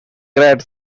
great